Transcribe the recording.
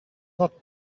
not